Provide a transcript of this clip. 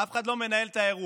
אף אחד לא מנהל את האירוע